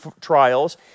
trials